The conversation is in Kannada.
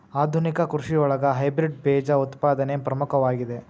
ಆಧುನಿಕ ಕೃಷಿಯೊಳಗ ಹೈಬ್ರಿಡ್ ಬೇಜ ಉತ್ಪಾದನೆ ಪ್ರಮುಖವಾಗಿದೆ